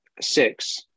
Six